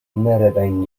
nereden